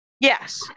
yes